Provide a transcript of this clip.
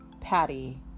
Patty